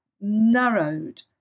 narrowed